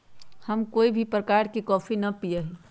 हम कोई भी प्रकार के कॉफी ना पीया ही